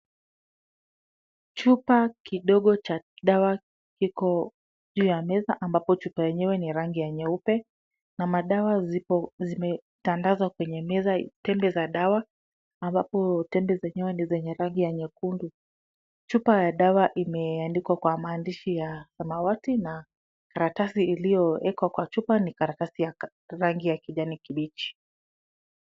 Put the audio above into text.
Chupa kidogo cha dawa kiko, juu ya meza ambapo chupa yenyewe ni rangi ya nyeupe, na madawa zipo zimetandazwa kwenye meza, tembe za dawa, ambapo tembe zenye ni zenye rangi ya nyekundu, chupa ya dawa imeandikwa kwa maandishi ya samawati na karatasi iliyoekwa kwa chupa ni karatasi ya rangi ya kijani kibichi.